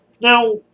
Now